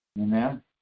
Amen